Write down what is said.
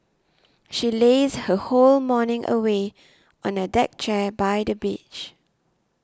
she lazed her whole morning away on a deck chair by the beach